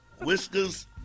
Whiskers